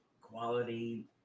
Quality